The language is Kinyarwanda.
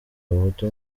abahutu